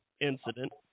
incident